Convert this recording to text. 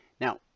Now